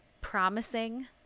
promising